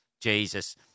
Jesus